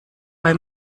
bei